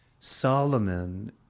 Solomon